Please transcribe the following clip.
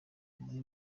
muri